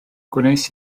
gwnes